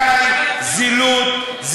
די, הייתה לך שעה לדבר, אתה מדבר על, זילות.